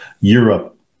Europe